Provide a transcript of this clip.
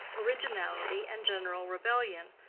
originality, and general rebellion,